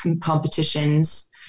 competitions